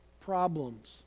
problems